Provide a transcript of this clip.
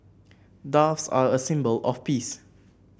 doves are a symbol of peace